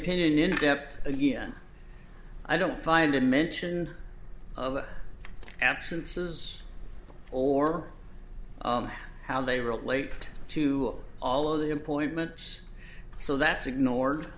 opinion in depth again i don't find any mention of absences or how they relate to all of the employment so that's ignored